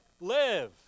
Live